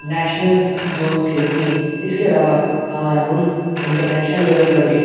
nationals zones کھیلتی ہیں اِس کے علاوہ ہمارا مُلک انٹر نیشنل لیول پر بھی